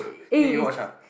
then you watch ah